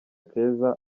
keza